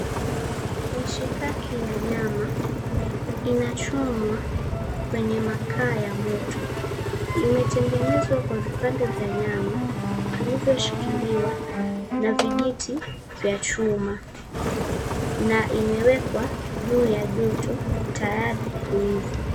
Mishikaki ya nyama inachomwa kwenye makaa ya moto. Imetengenezwa kwa vipande vya nyama vilivyoshikiliwa na vijiti vya chuma na imewekwa juu ya joto tayari kuiva.